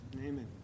Amen